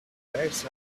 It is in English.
days